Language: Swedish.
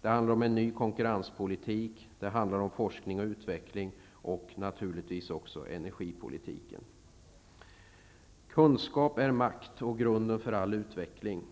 Det är också fråga om en ny konkurrenspolitik, forskning och utveckling samt naturligtvis även energipolitiken. Kunskap är makt och grunden för all utveckling.